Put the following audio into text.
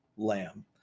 lamb